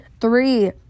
three